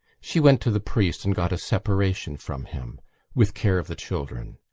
she went to the priest and got a separation from him with care of the children.